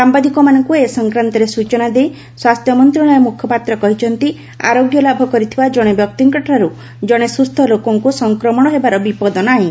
ସାମ୍ବାଦିକମାନଙ୍କୁ ଏ ସଂକ୍ରାନ୍ତରେ ସୂଚନା ଦେଇ ସ୍ୱାସ୍ଥ୍ୟ ମନ୍ତ୍ରଶାଳୟ ମୁଖପାତ୍ର କହିଛନ୍ତି ଆରୋଗ୍ୟ ଲାଭ କରିଥିବା ଜଣେ ବ୍ୟକ୍ତିଙ୍କଠାରୁ ଜଣେ ସୁସ୍ଥ ଲୋକଙ୍କୁ ସଂକ୍ରମଣ ହେବାର ବିପଦ ନାହିଁ